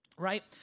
right